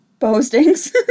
postings